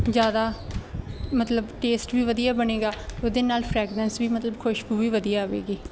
ਜ਼ਿਆਦਾ ਮਤਲਬ ਟੇਸਟ ਵੀ ਵਧੀਆ ਬਣੇਗਾ ਉਹਦੇ ਨਾਲ ਫਰੈਗਰੈਂਸ ਵੀ ਮਤਲਬ ਖੁਸ਼ਬੂ ਵੀ ਵਧੀਆ ਆਵੇਗੀ